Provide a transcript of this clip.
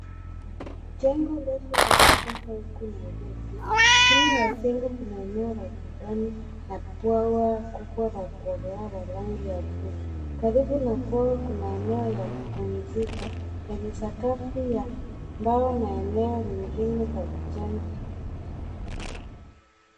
Jengo refu la kisasa huku Nairobi. Chini ya jengo kuna eneo la kijani na bwawa kubwa la kuogea la rangi ya blue .Karibu na bwawa kuna eneo ya kupumzika lenye sakafu ya mbao na eneo lingine la kijani kibichi.